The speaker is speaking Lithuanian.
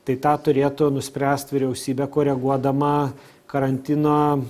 tai tą turėtų nuspręst vyriausybė koreguodama karantino